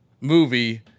movie